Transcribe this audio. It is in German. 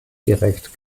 direkt